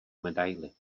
medaili